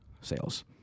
sales